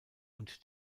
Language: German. und